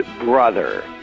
brother